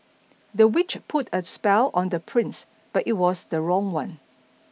the witch put a spell on the prince but it was the wrong one